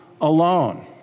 alone